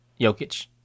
Jokic